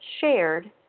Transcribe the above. shared